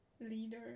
leader